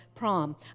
prom